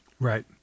Right